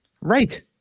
right